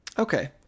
Okay